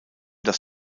dass